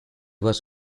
was